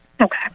Okay